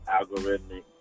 algorithmic